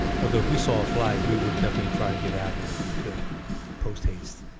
although if we saw a flight we would definitely try to get out of there if we could post haste